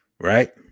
Right